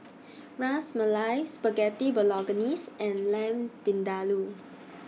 Ras Malai Spaghetti Bolognese and Lamb Vindaloo